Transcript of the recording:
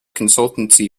consultancy